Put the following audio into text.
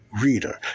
reader